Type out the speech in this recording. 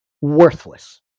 Worthless